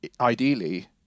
Ideally